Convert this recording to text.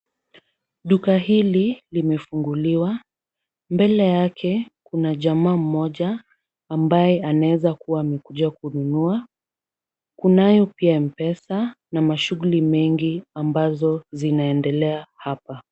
Duka hili limefunguliwa. Mbele yake kuna jamaa mmoja ambaye anaweza kuwa amekuja kununua. Kunayo pia M-Pesa na mashughuli mengi ambazo zinaendelea hapa.